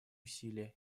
усилия